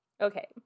Okay